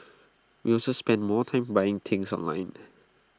we also spend more time buying things online